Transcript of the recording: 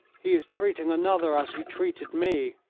he is treating another as he treated me.